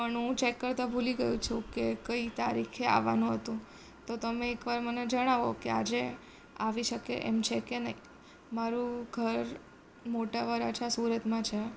પણ હું ચેક કરતાં ભુલી ગયો છું કે કઈ તારીખે આવવાનું હતું તો તમે એકવાર મને જણાવો કે આજે આવી શકે એમ છે કે નહીં મારું ઘર મોટા વરાછા સુરતમાં છે